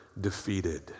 defeated